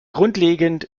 grundlegend